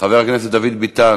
חבר הכנסת דוד ביטן